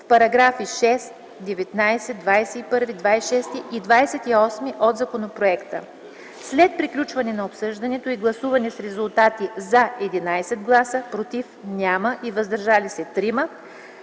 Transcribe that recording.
в параграфи 6, 19, 21, 26 и 28 от законопроекта. След приключване на обсъждането и гласуване с резултати: „за” – 11 гласа, „против” – няма и „въздържали се” - 3,